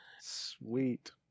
sweet